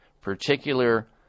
particular